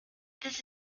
this